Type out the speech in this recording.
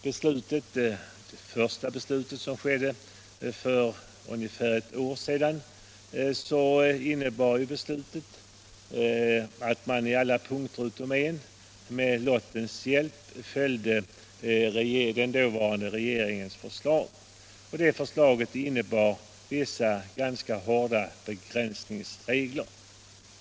Det första beslutet för ungefär ett år sedan innebar att man med lottens hjälp på alla punkter utom en antog den dåvarande regeringens förslag, vilket resulterade i vissa ganska hårda begränsningsregler.